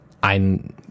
ein